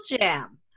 Jam